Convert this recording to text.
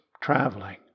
traveling